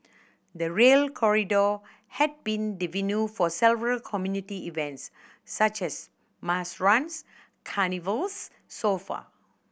the Rail Corridor has been the venue for several community events such as mass runs carnivals so far